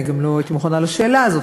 אני גם לא הייתי מוכנה לשאלה הזאת,